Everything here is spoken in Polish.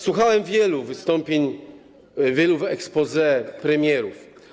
Słuchałem wielu wystąpień, wielu exposé premierów.